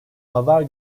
pazar